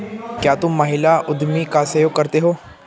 क्या तुम महिला उद्यमी का सहयोग करते हो?